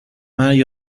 مرگ